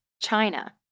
China